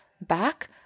back